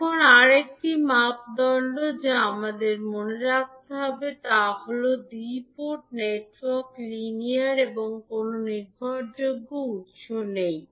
এখন আরেকটি মাপদণ্ড যা আমাদের মনে রাখতে হবে তা হল দ্বি পোর্ট নেটওয়ার্ক লিনিয়ার এবং কোনও নির্ভরযোগ্য উত্স নেই